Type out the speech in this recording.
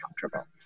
comfortable